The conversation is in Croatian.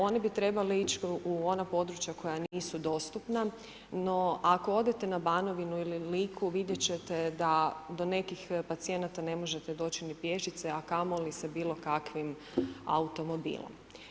Oni bi trebali ići u ona područja koja nisu dostupna, no ako odete na Banovinu ili Liku vidjet ćete da do nekih pacijenata ne možete doći ni pješice, a kamoli sa bilo kakvim automobilom.